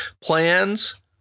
plans